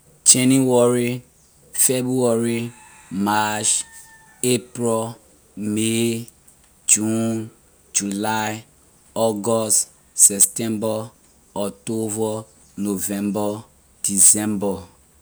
January february march april may june july august september october november december.